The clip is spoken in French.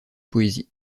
poésie